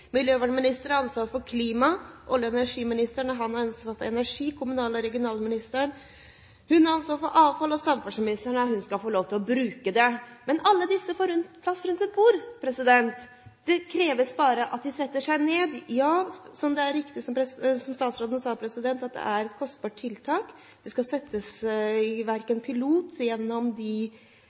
miljøvernministeren har ansvar for klima, olje- og energiministeren har ansvar for energi, kommunal- og regionalministeren har ansvar for avfall, og samferdselsministeren skal få lov til å bruke det. Men alle disse får plass rundt et bord, det kreves bare at de setter seg ned. Det er riktig som statsråden sa, at det er et kostbart tiltak. Det skal ut fra de forhandlingene landbruket har hatt, settes i